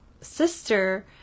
sister